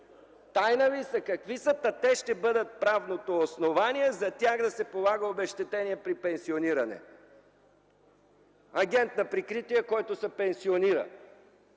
Тайна ли са? Какви са, та те ще бъдат правното основание за тях да се полага обезщетение при пенсиониране?” Агент под прикритие, който се пенсионира